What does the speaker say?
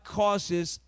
causes